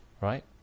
Right